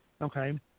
okay